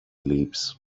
lips